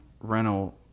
rental